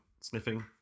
sniffing